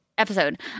episode